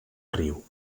riu